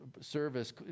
service